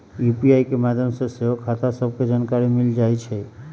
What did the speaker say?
UPI के माध्यम से सेहो खता सभके जानकारी मिल जाइ छइ